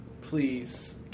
Please